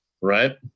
right